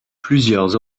plusieurs